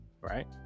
right